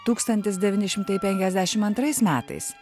tūkstantis devyni šimtai penkiasdešim antrais metais